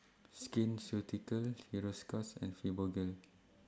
Skin Ceuticals Hiruscar's and Fibogel